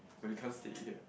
but you can't say it here